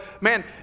man